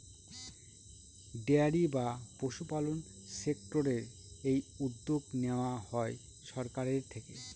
dairy বা পশুপালন সেক্টরের এই উদ্যোগ নেওয়া হয় সরকারের থেকে